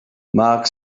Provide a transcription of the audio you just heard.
mark